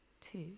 two